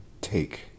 take